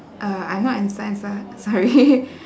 uh I'm not in science ah sorry